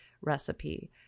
recipe